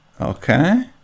Okay